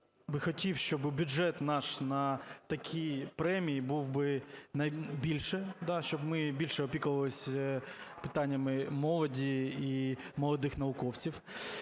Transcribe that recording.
би хотів, щоб бюджет наш на такі премії був би більше, да, щоб ми більше опікувались питаннями молоді і молодих науковців.